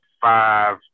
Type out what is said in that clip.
five